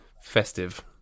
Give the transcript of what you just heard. festive